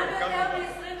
אומנם יותר מ-27,